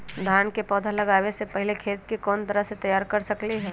धान के पौधा लगाबे से पहिले खेत के कोन तरह से तैयार कर सकली ह?